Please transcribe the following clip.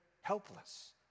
helpless